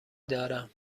دارم